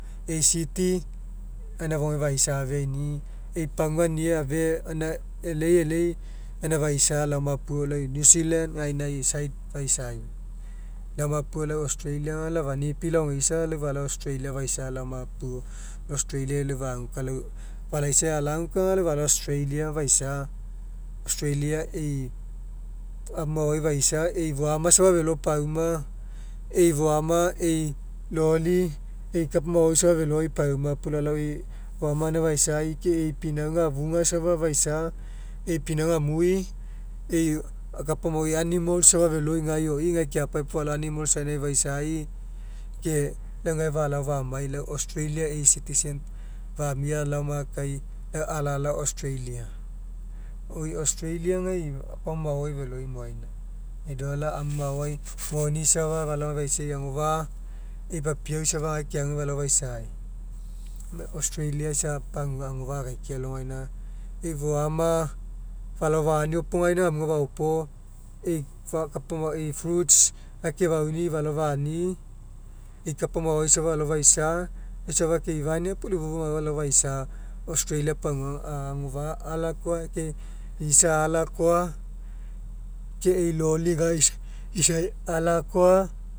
E'i city gaina fofougai faisa'afeaini'i e'i pagua nje age na e'elei e'elei gaina faisa laoma puo lau new zealand gaina side faisa laoma puo lau australia aga lau efau nipi laogeisa lau falao australia faisa laoma puo australia'i lau fagu. Palaisai alaguka aga lau falao australia faisa australia e'i amu maoai faisa e'i foama safa felo pauma e'i foama e'i loli e'i kapa maoai safa feloi paumai puo lalao foama gaina faisai ke e'i pinauga afuga safa e'i pinauga amui e'i kapa maoai animals safe feloi gae keapae puo falao gae animals gainai faisai ke lau gae falao famai lau gae australia e'i citizen famia laoma kai alalao australia. Oi australia e'i kapa maoai feloi moaina. E'i dollar amu maoai moni safa falao faisai agofa'a e'i papiau safa gae keague falao faisai lau australia isa pagua agofa'a akaikiai alogaina e'i foama falao faniopogaina gamuga faopo e'i farm kapa maoai e'i fruits gae kefauni'i falao fani'i e'i kapa maoai isa falao faisa gaina isa keifania puo lai ifou mauai falao faisa australia pagua agofa'a alakoa ke isa alakoa ke e'i loli gae isai alakoa